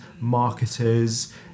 marketers